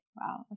wow